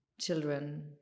children